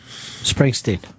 Springsteen